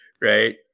right